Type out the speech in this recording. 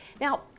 Now